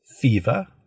fever